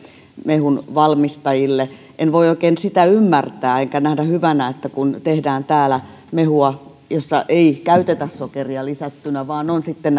mehunvalmistajille en oikein voi sitä ymmärtää enkä nähdä hyvänä että kun täällä tehdään mehua jossa ei käytetä sokeria lisättynä vaan on sitten